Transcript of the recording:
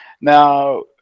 Now